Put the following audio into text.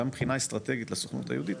גם מבחינה אסטרטגית לסוכנות היהודית,